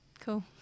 Cool